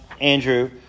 Andrew